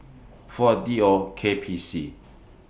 four D O K P C